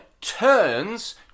turns